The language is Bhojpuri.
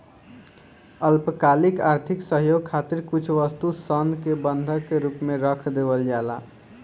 अल्पकालिक आर्थिक सहयोग खातिर कुछ वस्तु सन के बंधक के रूप में रख देवल जाला